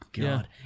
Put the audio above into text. God